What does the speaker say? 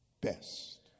best